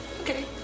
Okay